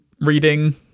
reading